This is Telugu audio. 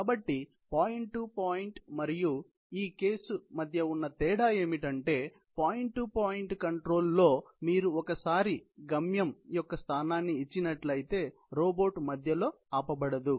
కాబట్టి పాయింట్ టు పాయింట్ మరియు ఈ కేసు మధ్య ఉన్న తేడా ఏమిటంటే పాయింట్ టు పాయింట్ కంట్రోల్ లో మీరు ఒకసారి గమ్యం యొక్క స్థానాన్ని ఇచ్చినట్లయితే రోబోట్ మధ్యలో ఆపబడదు